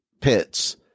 pits